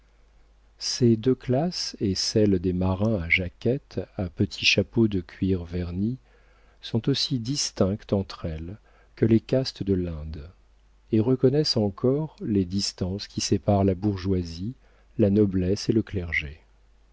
ces deux classes et celle des marins à jaquette à petit chapeau de cuir verni sont aussi distinctes entre elles que les castes de l'inde et reconnaissent encore les distances qui séparent la bourgeoisie la noblesse et le clergé